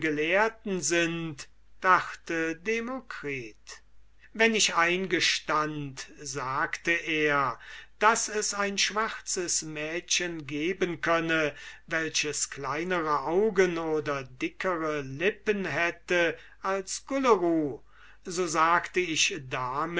gelehrten sind dachte demokritus wenn ich eingestund sagte er daß es ein schwarzes mädchen geben könne welche kleinere augen oder dickere lippen hätte als gulleru so sagte ich